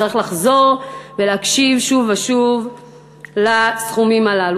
צריך לחזור ולהקשיב שוב ושוב לסכומים הללו.